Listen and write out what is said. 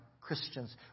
Christians